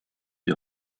die